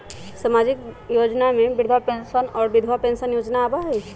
सामाजिक योजना में वृद्धा पेंसन और विधवा पेंसन योजना आबह ई?